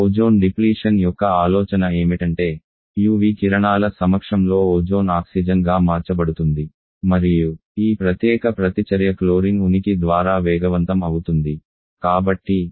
ozone depletion యొక్క ఆలోచన ఏమిటంటే UV కిరణాల సమక్షంలో ఓజోన్ ఆక్సిజన్గా మార్చబడుతుంది మరియు ఈ ప్రత్యేక ప్రతిచర్య క్లోరిన్ ఉనికి ద్వారా వేగవంతం అవుతుంది